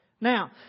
Now